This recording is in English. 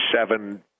seven